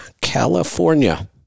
California